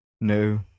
No